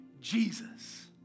Jesus